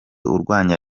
urwanya